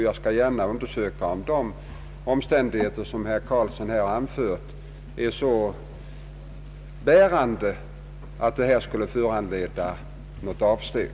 Jag skall gärna undersöka om de omständigheter herr Carlsson anfört är så tungt vägande att de skulle kunna föranleda något avsteg.